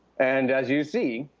and as you see,